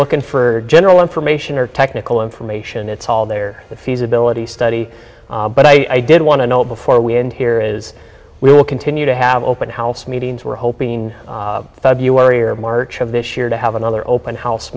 looking for general information or technical information it's all there the feasibility study but i did want to know before we end here is we will continue to have open house meetings were hoping february or march of this year to have another open house